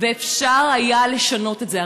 ואפשר היה לשנות את זה.